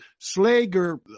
Slager